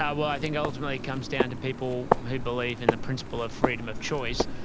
yeah well i think ultimately it comes down to people who believe in the principle of freedom of choice.